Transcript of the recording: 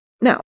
Now